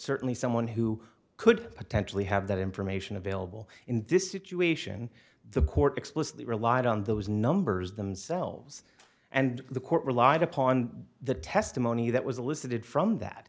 certainly someone who could potentially have that information available in this situation the court explicitly relied on those numbers themselves and the court relied upon the testimony that was elicited from that